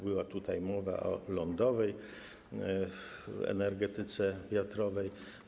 Była tutaj mowa o lądowej energetyce wiatrowej.